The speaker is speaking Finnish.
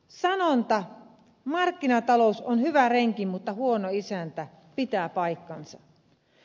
sanonta markkinatalous on hyvä renki mutta huono isäntä pitää paikkansa